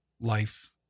life